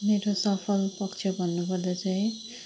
मेरो सफल पक्ष भन्नुपर्दा चाहिँ